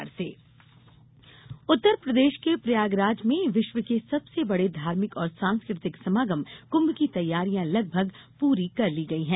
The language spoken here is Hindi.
क्भ मेला उत्तर प्रदेश के प्रयाग राज में विश्व के सबसे बड़े धार्मिक और सांस्कृतिक समागम कुम्भ की तैयारियां लगभग पूरी कर ली गई है